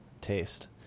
taste